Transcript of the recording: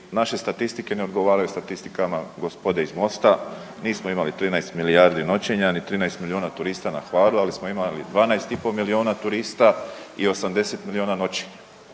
naše statistike ne odgovaraju statistikama gospode iz MOST-a, nismo imali 13 milijardi noćenja, ni 13 milijuna turista na Hvaru, ali smo imali 12,5 milijuna turista i 80 milijuna noćenja.